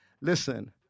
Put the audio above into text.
listen